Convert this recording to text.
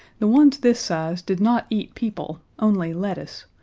the ones this size did not eat people, only lettuce,